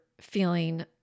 feeling